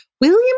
William